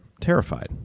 terrified